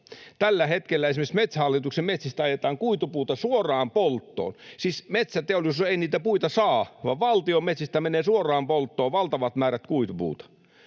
Tällä hetkellä esimerkiksi Metsähallituksen metsistä ajetaan kuitupuuta suoraan polttoon. Siis metsäteollisuus ei niitä puita saa, vaan valtion metsistä menee suoraan polttoon valtavat määrät kuitupuuta,